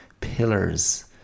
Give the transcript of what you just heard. pillars